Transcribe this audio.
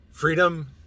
Freedom